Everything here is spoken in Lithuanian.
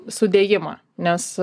sudėjimą nes